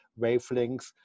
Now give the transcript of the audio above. wavelengths